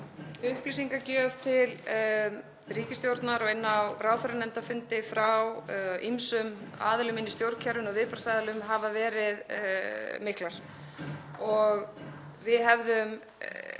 Upplýsingagjöf til ríkisstjórnar og inn á ráðherranefndarfundi frá ýmsum aðilum inni í stjórnkerfinu og viðbragðsaðilum hefur verið mikil